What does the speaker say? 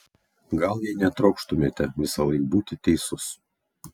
gal jei netrokštumėte visąlaik būti teisus